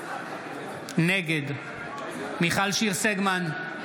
נגד מיכל שיר סגמן,